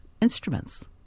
instruments